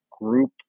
group